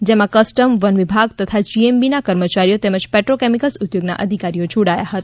જેમાં કસ્ટમ વન વિભાગ તથા જીએમબી ના કર્મચારીઓ તેમજ પેટ્રોકેમિકલ્સ ઉદ્યોગના અધિકારીઓ જોડાયા હતા